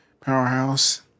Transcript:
Powerhouse